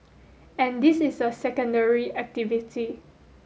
and this is a secondary activity